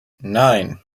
nine